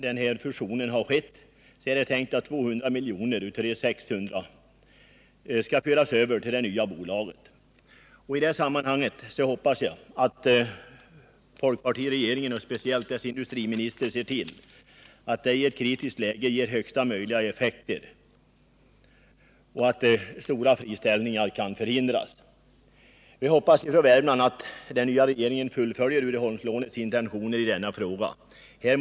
Man har tänkt att sedan fusionen genomförts 200 miljoner av de 600 miljonerna skall föras över till det nya bolaget. Det kommer nu att ske. I det sammanhanget hoppas jag att folkpartiregeringen och speciellt dess industriminister ser till att dessa pengar i ett kritiskt läge ger största möjliga effekter och att stora friställningar kan förhindras. Vi i Värmland hoppas att den nya regeringen skall fullfölja intentionerna bakom Uddeholmslånet i detta sammanhang.